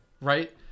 right